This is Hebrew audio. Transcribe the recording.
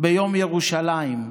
ביום ירושלים,